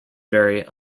vary